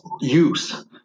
use